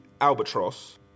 Albatross